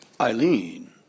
Eileen